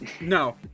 No